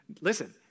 Listen